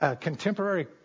contemporary